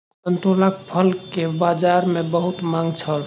संतोलाक फल के बजार में बहुत मांग छल